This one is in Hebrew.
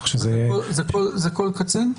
זה כל קצין?